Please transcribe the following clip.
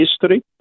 history